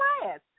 class